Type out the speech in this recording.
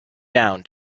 down